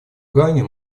гане